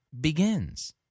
begins